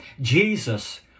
Jesus